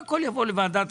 אם הכול יבוא לוועדת